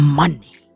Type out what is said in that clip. money